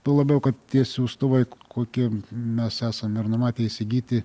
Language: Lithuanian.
tuo labiau kad tie siųstuvai kokiem mes esam ir numatę įsigyti